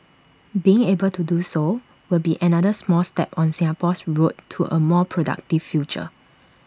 being able to do so will be another small step on Singapore's road to A more productive future